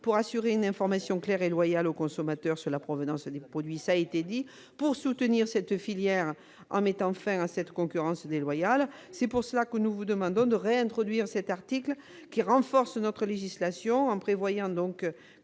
pour assurer l'information claire et loyale du consommateur sur la provenance des produits et pour soutenir cette filière en mettant fin à cette concurrence déloyale. Pour ces raisons, nous vous demandons de réintroduire cet article, qui renforce notre législation en prévoyant que